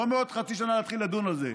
לא בעוד חצי שנה להתחיל לדון על זה.